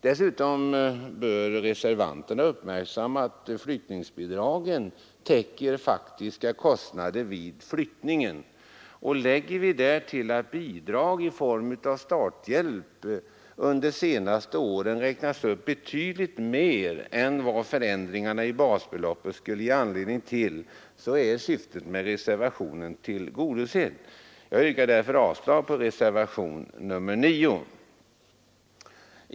Dessutom bör reservanterna uppmärksamma att flyttningsbidragen täcker de faktiska kostnaderna vid flyttning. Lägger vi därtill att bidrag i form av starthjälp under de senaste åren har räknats upp betydligt mer än vad förändringarna i basbeloppet skulle ge anledning till är syftet med reservationen tillgodosett. Jag yrkar därför avslag på reservationen 9.